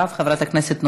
חבר הכנסת דב חנין, בבקשה.